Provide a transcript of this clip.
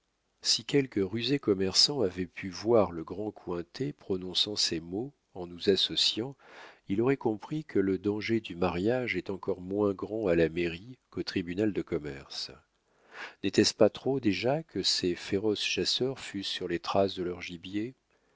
si quelque rusé commerçant avait pu voir le grand cointet prononçant ces mots en nous associant il aurait compris que le danger du mariage est encore moins grand à la mairie qu'au tribunal de commerce n'était-ce pas trop déjà que ces féroces chasseurs fussent sur les traces de leur gibier